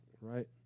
Right